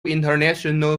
international